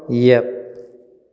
ꯌꯦꯠ